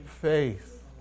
faith